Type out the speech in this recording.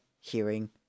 hearing